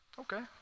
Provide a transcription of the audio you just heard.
okay